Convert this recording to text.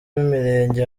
b’imirenge